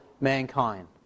mankind